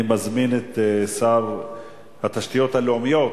אני מזמין את שר התשתיות הלאומיות,